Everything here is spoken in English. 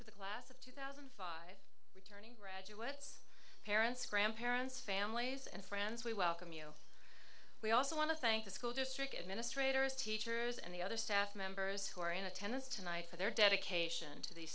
to the class of two thousand and five it turning graduates parents grandparents families and friends we welcome you we also want to thank the school district administrators teachers and the other staff members who are in attendance tonight for their dedication to the